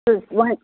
تہٕ وۄنۍ